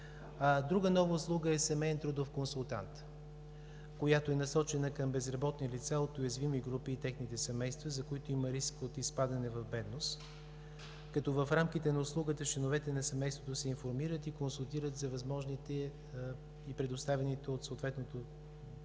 Друга нова услуга е семейният трудов консултант. Тя е насочена към безработни лица от уязвими групи и техните семейства, за които има риск от изпадане в бедност. В рамките на услугата членовете на семейството се информират и консултират за възможните и предоставени от съответната дирекция